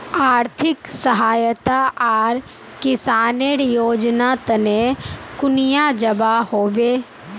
आर्थिक सहायता आर किसानेर योजना तने कुनियाँ जबा होबे?